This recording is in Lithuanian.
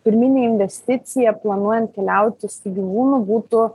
pirminė investicija planuojant keliauti su gyvūnu būtų